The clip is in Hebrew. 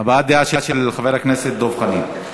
הבעת דעה של חבר הכנסת דב חנין.